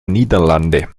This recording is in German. niederlande